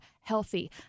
healthy